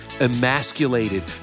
emasculated